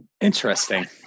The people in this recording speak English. Interesting